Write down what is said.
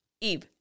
Eve